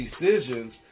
decisions